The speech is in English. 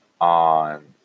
on